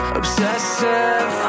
obsessive